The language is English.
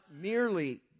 merely